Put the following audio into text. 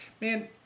Man